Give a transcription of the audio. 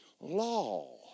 law